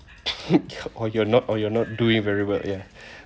or you're not or you're not doing very well ya